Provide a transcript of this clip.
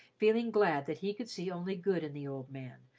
feeling glad that he could see only good in the old man,